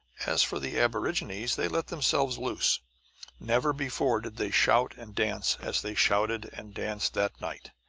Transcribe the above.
as for the aborigines, they let themselves loose never before did they shout and dance as they shouted and danced that night.